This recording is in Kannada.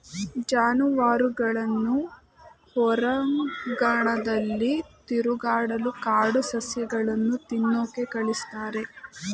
ಜಾನುವಾರುಗಳನ್ನ ಹೊರಾಂಗಣದಲ್ಲಿ ತಿರುಗಾಡಲು ಕಾಡು ಸಸ್ಯಗಳನ್ನು ತಿನ್ನೋಕೆ ಕಳಿಸ್ತಾರೆ